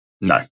No